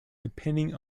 depending